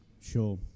Sure